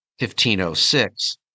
1506